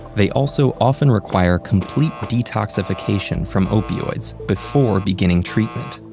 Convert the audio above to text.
they also often require complete detoxification from opioids before beginning treatment.